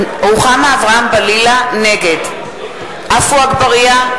אברהם-בלילא, נגד עפו אגבאריה,